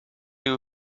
you